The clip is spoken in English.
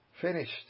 Finished